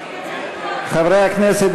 חברי הכנסת,